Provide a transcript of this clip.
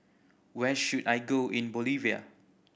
where should I go in Bolivia